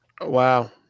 Wow